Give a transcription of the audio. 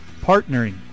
partnering